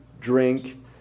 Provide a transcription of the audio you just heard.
drink